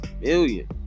million